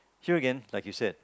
here again like you said